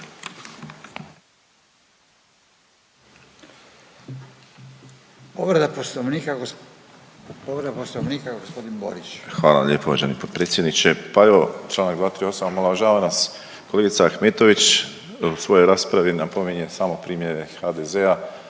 Borić. **Borić, Josip (HDZ)** Hvala lijepo uvaženi potpredsjedniče. Pa evo članak 238. omalovažava nas kolegica Ahmetović. U svojoj raspravi napominje samo primjere HDZ-a.